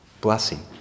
blessing